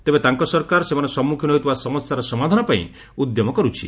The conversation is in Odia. ତେବେ ତାଙ୍କ ସରକାର ସେମାନେ ସମ୍ମଖୀନ ହେଉଥିବା ସମସ୍ୟାର ସମାଧାନପାଇଁ ଉଦ୍ୟମ କରୁଛି